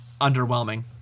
underwhelming